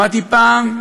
שמעתי פעם,